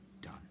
done